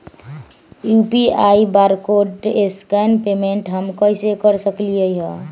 UPI barcode scan payment हम कईसे कर सकली ह?